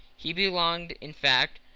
he belonged, in fact,